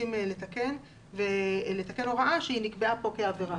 לתקן הוראה שנקבעה כאן כעבירה.